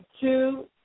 two